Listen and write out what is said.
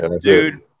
Dude